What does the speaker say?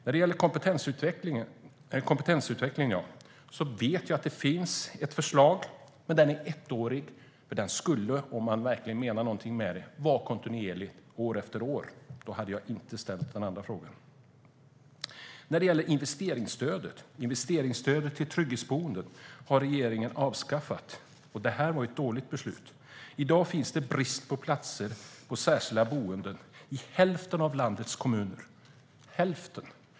Jag vet att det finns ett förslag när det gäller kompetensutvecklingen, men i förslaget är den ettårig. Om man verkligen menade någonting med detta skulle den vara kontinuerlig, år efter år. Då hade jag inte ställt den andra frågan. Investeringsstödet till trygghetsboenden har regeringen avskaffat. Det var ett dåligt beslut. I dag råder det brist på platser på särskilda boenden i hälften av landets kommuner - hälften!